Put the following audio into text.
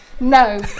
No